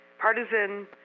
partisan